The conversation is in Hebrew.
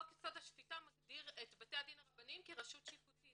חוק יסוד השפיטה מגדיר את בתי הדין הרבניים כרשות שיפוטית.